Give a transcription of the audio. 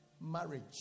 marriage